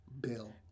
Bill